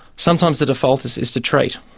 sometimes the default is is to treat.